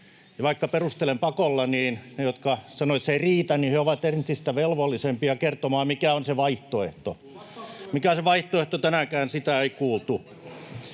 vaikka perustelen pakolla, niin ne, jotka sanoivat, että se ei riitä, ovat entistä velvollisempia kertomaan, mikä on se vaihtoehto. [Antti Kurvinen pyytää vastauspuheenvuoroa]